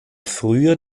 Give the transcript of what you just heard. früher